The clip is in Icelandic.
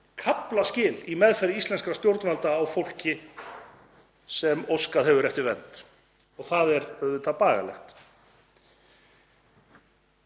kaflaskil í meðferð íslenskra stjórnvalda á fólki sem óskað hefur eftir vernd, og það er auðvitað bagalegt.